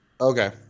Okay